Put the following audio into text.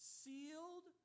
sealed